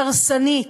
והרסנית,